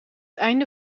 einde